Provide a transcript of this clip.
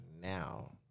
now